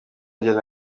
njyana